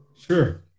Sure